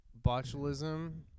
botulism